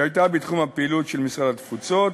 שהייתה בתחום הפעילות של משרד התפוצות,